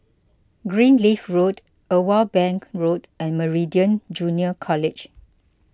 Greenleaf Road Irwell Bank Road and Meridian Junior College